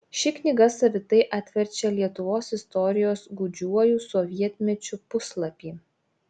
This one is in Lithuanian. ši knyga savitai atverčia lietuvos istorijos gūdžiuoju sovietmečiu puslapį